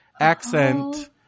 accent